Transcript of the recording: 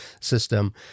system